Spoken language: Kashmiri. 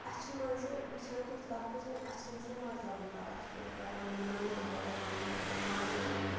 اَسہِ چھِ منٛزٕ وٕچھان تِتھۍ لفظے اَسہِ چھِنہٕ آسان مَطلبٕے پَتہٕ اَسہِ چھُ پٮ۪وان پَتہٕ پَنٛنٮ۪ن نٲنۍ بٔڈبَبَن وَنُن یا ماجہِ وَنُن